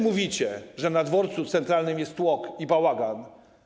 Mówicie, że na Dworcu Centralnym jest tłok i bałagan.